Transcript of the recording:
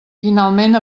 finalment